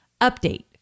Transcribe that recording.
Update